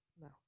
No